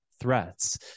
threats